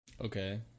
Okay